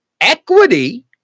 equity